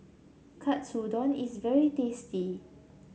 katsudon is very tasty